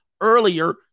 Earlier